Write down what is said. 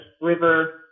river